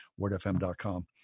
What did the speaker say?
wordfm.com